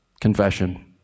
Confession